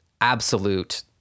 absolute